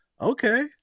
okay